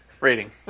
rating